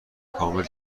کامل